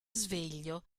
sveglio